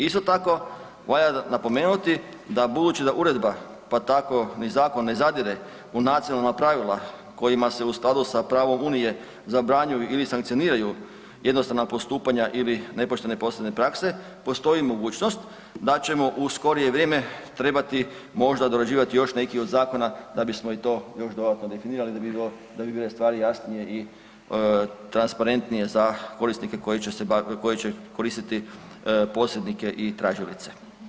Isto tako valja napomenuti da budući da uredba pa tako ni zakon ne zadire u nacionalna pravila kojima se u skladu sa pravom Unije zabranjuju ili sankcioniraju jednostavna postupanja ili nepoštene … prakse postoji mogućnost da ćemo u skorije vrijeme trebati možda dorađivati još neki od zakona da bismo i to još dodatno definirali da bi stvari jasnije i transparentnije za korisnike koji će koristiti posrednike i tražilice.